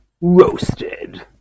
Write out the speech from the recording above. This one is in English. ROASTED